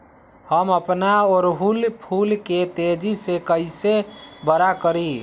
हम अपना ओरहूल फूल के तेजी से कई से बड़ा करी?